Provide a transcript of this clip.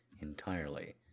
entirely